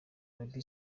arabie